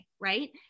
right